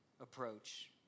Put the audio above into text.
approach